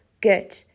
good